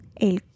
El